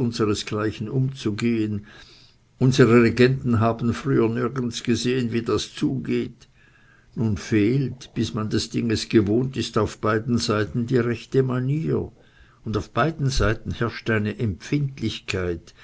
unseresgleichen umzugehen unsere regenten haben früher nirgends gesehen wie das zugeht nun fehlt bis man des dinges gewohnt ist auf beiden seiten die rechte manier und auf beiden seiten herrscht eine empfindlichkeit